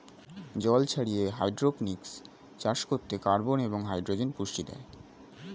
জল ছাড়িয়ে হাইড্রোপনিক্স চাষ করতে কার্বন এবং হাইড্রোজেন পুষ্টি দেয়